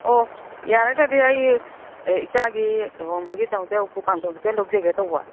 ꯑꯣ ꯌꯥꯔꯒꯗꯤ ꯑꯩ ꯑꯦ ꯏꯆꯥꯒꯤ ꯂꯣꯍꯣꯡꯕꯒꯤꯗꯃꯛꯇ ꯎꯄꯨ ꯀꯥꯡꯗꯣꯟ ꯈꯤꯇ ꯂꯧꯖꯒꯦ ꯇꯧꯕ